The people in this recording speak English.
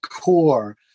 core